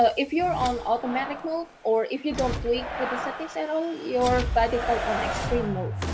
ah if you are on automatic mode or if you don't tweak with the settings at all, you're by default on extreme mode.